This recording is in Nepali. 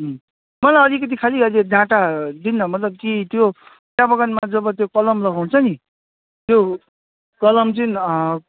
अँ मलाई अलिकति खालि अहिले डाटा दिनुहोस् न मतलब कि त्यो चिया बगानमा जब त्यो कलम लगाउँछ नि त्यो कलम चाहिँ